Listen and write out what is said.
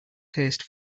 taste